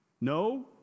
No